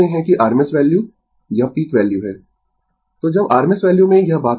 Refer Slide Time 3006 तो जब rms value में यह बात करते है